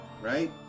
Right